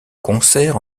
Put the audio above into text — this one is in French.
concert